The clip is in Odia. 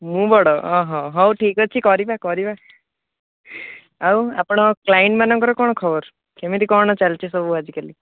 ମୁଁ ବଡ଼ ହଁ ହଉ ଠିକ୍ ଅଛି କରିବା କରିବା ଆଉ ଆପଣଙ୍କ କ୍ଲାଇଣ୍ଟମାନଙ୍କର କ'ଣ ଖବର କେମିତି କ'ଣ ଚାଲିଛି ସବୁ ଆଜିକାଲି